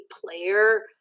player